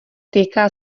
týká